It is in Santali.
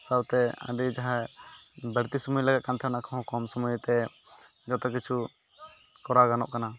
ᱥᱟᱶᱛᱮ ᱟᱹᱰᱤ ᱡᱟᱦᱟᱸ ᱵᱟᱲᱛᱤ ᱥᱩᱢᱟᱹᱭ ᱞᱟᱜᱟᱜ ᱠᱟᱱ ᱛᱟᱦᱮᱱᱟ ᱚᱱᱟ ᱠᱚᱦᱚᱸ ᱠᱚᱢ ᱥᱩᱢᱟᱹᱭᱛᱮ ᱡᱚᱛᱚ ᱠᱤᱪᱷᱩ ᱠᱚᱨᱟᱣ ᱜᱟᱱᱚᱜ ᱠᱟᱱᱟ